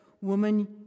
Woman